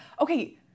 okay